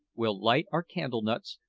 we'll light our candle-nuts,